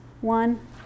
one